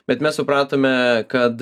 bet mes supratome kad